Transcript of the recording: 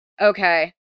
Okay